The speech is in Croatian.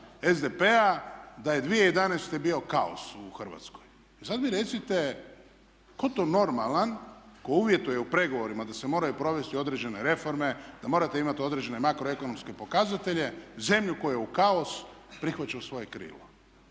SDP-a da je 2011. bio kaos u Hrvatskoj. I sada mi recite tko to normalan tko uvjetuje u pregovorima da se moraju provesti određene reforme, da morate imati određene makroekonomske pokazatelje zemlju koja je u kaosu prihvaća u svoje krilo?